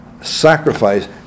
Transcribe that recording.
sacrifice